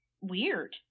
weird